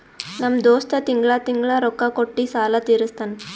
ನಮ್ ದೋಸ್ತ ತಿಂಗಳಾ ತಿಂಗಳಾ ರೊಕ್ಕಾ ಕೊಟ್ಟಿ ಸಾಲ ತೀರಸ್ತಾನ್